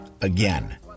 Again